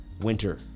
winter